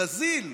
ברזיל,